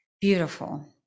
beautiful